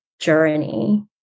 journey